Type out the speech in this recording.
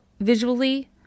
visually